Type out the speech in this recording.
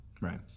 Right